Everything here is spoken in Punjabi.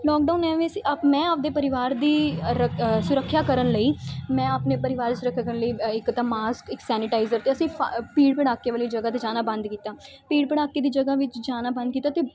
ਲੋਕਡਾਊਨ ਐਵੇਂ ਸੀ ਆ ਮੈਂ ਆਪਦੇ ਪਰਿਵਾਰ ਦੀ ਰੱਖ ਸੁਰੱਖਿਆ ਕਰਨ ਲਈ ਮੈਂ ਆਪਣੇ ਪਰਿਵਾਰ ਦੀ ਸੁਰੱਖਿਆ ਕਰਨ ਲਈ ਇੱਕ ਤਾਂ ਮਾਸਕ ਇੱਕ ਸੈਨੀਟਾਈਜ਼ਰ ਅਤੇ ਅਸੀਂ ਫ ਭੀੜ ਭੜਾਕੇ ਵਾਲੀ ਜਗ੍ਹਾ 'ਤੇ ਜਾਣਾ ਬੰਦ ਕੀਤਾ ਭੀੜ ਭੜਾਕੇ ਦੀ ਜਗ੍ਹਾ ਵਿੱਚ ਜਾਣਾ ਬੰਦ ਕੀਤਾ ਅਤੇ